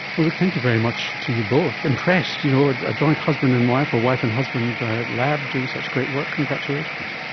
thank you very much to you both. impressed, you know, a joint husband and wife or wife and husband lab doing such great work, congratulations.